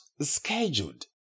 scheduled